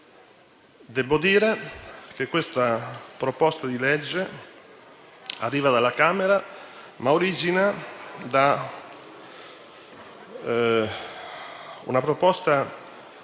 Debbo dire che questa proposta di legge arriva dalla Camera, ma origina da una proposta